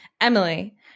Emily